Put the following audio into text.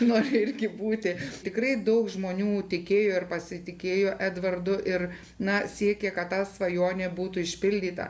nori irgi būti tikrai daug žmonių tikėjo ir pasitikėjo edvardu ir na siekė kad ta svajonė būtų išpildyta